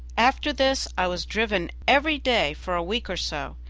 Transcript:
after this i was driven every day for a week or so,